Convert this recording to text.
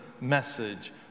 message